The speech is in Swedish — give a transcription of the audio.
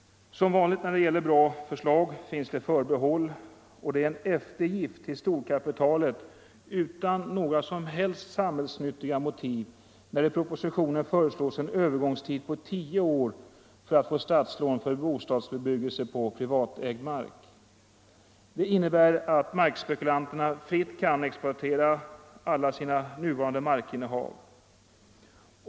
Som vanligt när det gäller bra förslag finns det förbehåll i förslaget om markvillkor. Det är en eftergift till storkapitalet utan några som helst samhällsnyttiga motiv när det i propositionen föreslås en övergångstid på tio år för att få statslån för bostadsbebyggelse på privatägd mark. Det innebär att markspekulanterna fritt kan exploatera alla sina nuvarande markinnehav.